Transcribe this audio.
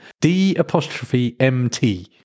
D-apostrophe-M-T